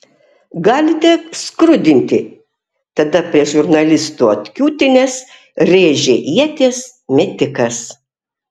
galite skrudinti tada prie žurnalistų atkiūtinęs rėžė ieties metikas